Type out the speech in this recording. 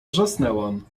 wrzasnęłam